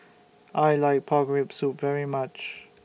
I like Pork Rib Soup very much